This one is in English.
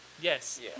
Yes